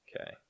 Okay